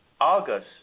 August